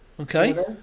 Okay